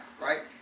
right